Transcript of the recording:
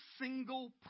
single